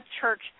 church